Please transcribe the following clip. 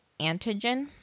antigen